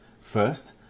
First